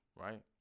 right